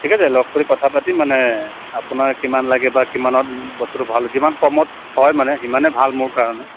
ঠিক আছে লগ কৰি কথা পাতি মানে আপোনাৰ কিমান লাগে বা কিমানত বস্তুটো ভাল যিমান কমত হয় মানে সিমানে ভাল মোৰ কাৰণে